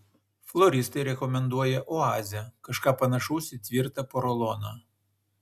floristai rekomenduoja oazę kažką panašaus į tvirtą poroloną